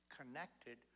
connected